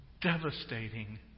devastating